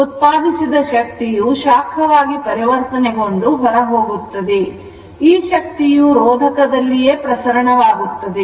ಉತ್ಪಾದಿಸಿದ ಶಕ್ತಿಯು ಶಾಖವಾಗಿ ಪರಿವರ್ತನೆಗೊಂಡು ಹೊರಹೋಗುತ್ತದೆ ಈ ಶಕ್ತಿಯು ರೋಧಕ ದಲ್ಲಿಯೇ ಪ್ರಸರಣ ವಾಗುತ್ತದೆ